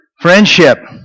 Friendship